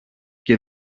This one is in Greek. και